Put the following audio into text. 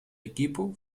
equipo